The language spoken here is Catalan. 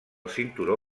cinturó